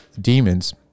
demons